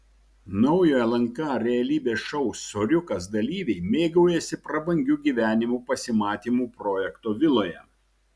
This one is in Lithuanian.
naujo lnk realybės šou soriukas dalyviai mėgaujasi prabangiu gyvenimu pasimatymų projekto viloje